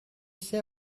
say